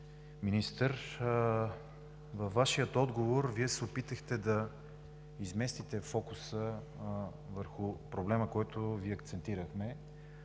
Министър, във Вашия отговор се опитахте да изместите фокуса върху проблема, който Ви акцентирахме